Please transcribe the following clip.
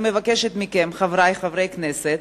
חברי חברי הכנסת,